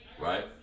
right